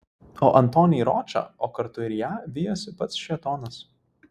o antonį ročą o kartu ir ją vijosi pats šėtonas